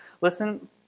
listen